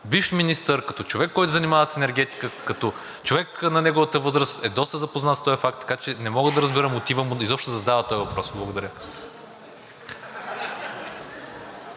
бивш министър, като човек, който се занимава с енергетика, като човек на неговата възраст, е доста запознат с този факт, така че не мога да разбера мотива му изобщо да задава този въпрос. Благодаря.